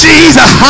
Jesus